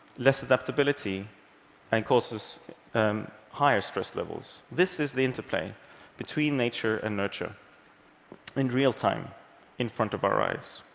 less adaptability and causes higher stress levels. this is the interplay between nature and nurture in real time in front of our eyes.